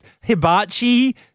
hibachi